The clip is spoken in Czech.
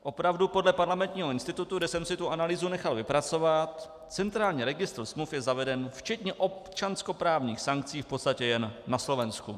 Opravdu podle Parlamentního institutu, kde jsem si tu analýzu nechal vypracovat, centrální registr smluv je zaveden včetně občanskoprávních sankcí v podstatě jen na Slovensku.